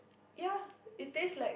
ya it taste like